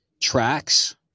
tracks